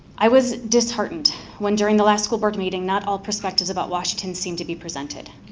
i was disheartened when during the last school board meeting not all perspectives about washington seem to be presented.